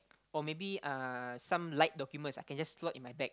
or maybe uh some light documents I can just slot in my bag